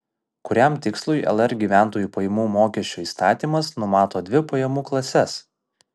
kuriam tikslui lr gyventojų pajamų mokesčio įstatymas numato dvi pajamų klases